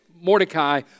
Mordecai